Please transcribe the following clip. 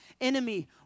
enemy